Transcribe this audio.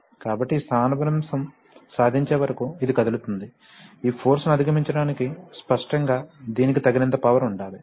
కాబట్టి ఈ స్థానభ్రంశం సాధించే వరకు ఇది కదులుతుంది ఈ ఫోర్స్ ని అధిగమించడానికి స్పష్టంగా దీనికి తగినంత పవర్ ఉండాలి